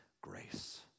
grace